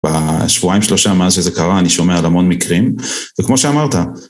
בשבועיים שלושה מאז שזה קרה, אני שומע על המון מקרים, וכמו שאמרת,